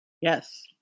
Yes